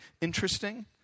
interesting